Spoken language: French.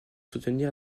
soutenir